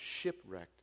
shipwrecked